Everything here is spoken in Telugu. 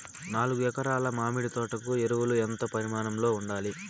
నాలుగు ఎకరా ల మామిడి తోట కు ఎరువులు ఎంత పరిమాణం లో ఉండాలి?